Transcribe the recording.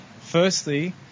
firstly